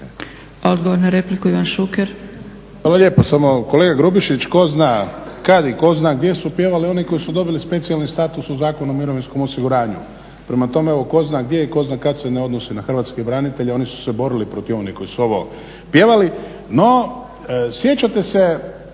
Odgovor na repliku, Zvonko